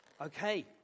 Okay